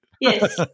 Yes